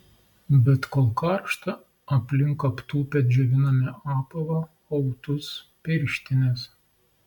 bet kol karšta aplink aptūpę džioviname apavą autus pirštines